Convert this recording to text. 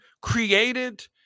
created